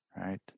right